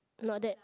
not that